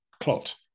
clot